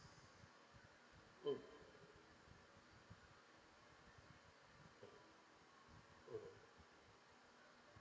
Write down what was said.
mm mmhmm mmhmm